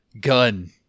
gun